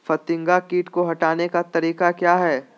फतिंगा किट को हटाने का तरीका क्या है?